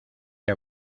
que